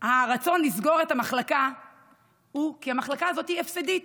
הרצון לסגור את המחלקה הוא כי המחלקה הזאת הפסדית.